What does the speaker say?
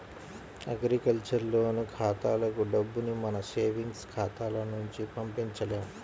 agriculture loan ఖాతాలకు డబ్బుని మన సేవింగ్స్ ఖాతాల నుంచి పంపించలేము